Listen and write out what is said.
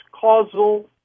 causal